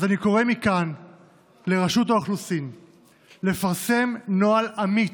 אז אני קורא מכאן לרשות האוכלוסין לפרסם נוהל אמיץ,